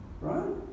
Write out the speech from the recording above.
right